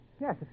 Yes